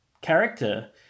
character